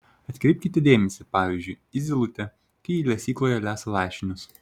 atkreipkite dėmesį pavyzdžiui į zylutę kai ji lesykloje lesa lašinius